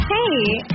Hey